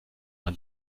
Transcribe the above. man